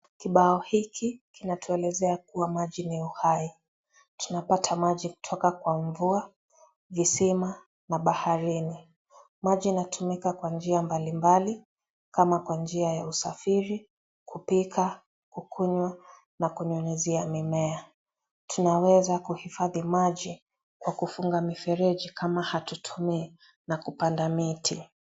Kibao hiki kinatuelezea kuwa maji ni uhai tunapata maji kutoka kwa mvua, visima na baharini maji yanatumika kwa njia mabalimbali kama kwa njia ya usafiri, kupika, kukunywa na kunyunyizia mimea tunaweza kuhifadhi maji kwa kufunga mifereji kama hatutimii na kupanda miti.